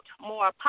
more